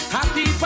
Happy